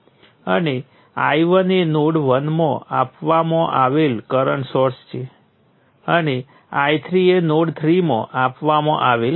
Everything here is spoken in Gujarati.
તે પહેલાં જે સર્કિટનો આપણે ઉપયોગ કર્યો હતો તે ખૂબ જ સમાન છે સિવાય કે રેઝિસ્ટરમાંથી એક વોલ્ટેજ સ્રોત દ્વારા બદલવામાં આવે છે